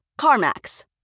CarMax